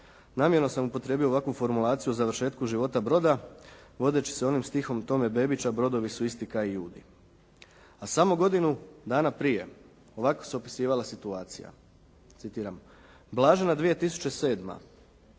Namjerno sam upotrijebio ovakvu formulaciju o završetku života broda, vodeći se onim stihom Tome Bebića: "Brodovi su isti ka' i ljudi.". A samo godinu dana prije, ovako se opisivala situacija, citiram: "Blažena 2007.,